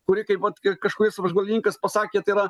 kuri kaip vat ir kažkuris apžvalgininkas pasakė tai yra